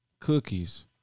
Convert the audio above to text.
Cookies